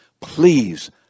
Please